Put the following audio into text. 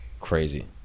crazy